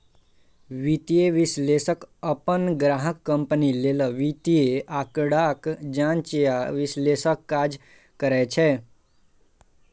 वित्तीय विश्लेषक अपन ग्राहक कंपनी लेल वित्तीय आंकड़ाक जांच आ विश्लेषणक काज करै छै